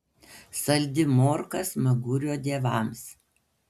saldi morka smagurio dievams